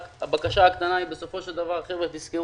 הבקשה הקטנה היא,